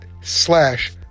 slash